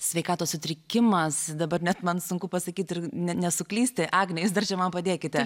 sveikatos sutrikimas dabar net man sunku pasakyti ir nesuklysti agne jūs dar čia man padėkite